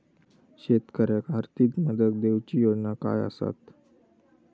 शेतकऱ्याक आर्थिक मदत देऊची योजना काय आसत?